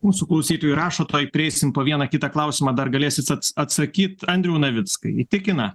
mūsų klausytojai rašo tuoj prieisim po vieną kitą klausimą dar galėsite at atsakyt andriau navickai įtikina